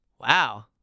Wow